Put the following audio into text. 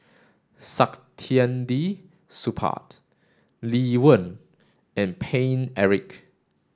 Saktiandi Supaat Lee Wen and Paine Eric